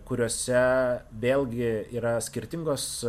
kuriose vėlgi yra skirtingos